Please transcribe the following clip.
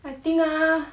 I think ah